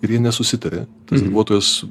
ir jie nesusitarė tas darbuotojas